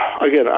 again